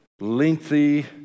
lengthy